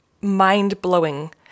mind-blowing